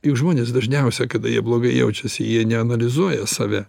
juk žmonės dažniausia kada jie blogai jaučiasi jie neanalizuoja save